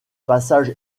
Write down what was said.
passages